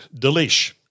Delish